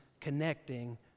connecting